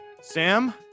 Sam